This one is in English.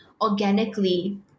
Organically